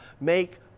make